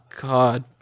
God